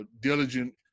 diligent